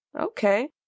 Okay